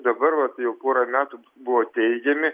dabar vat jau porą metų buvo teigiami